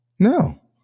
no